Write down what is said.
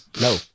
No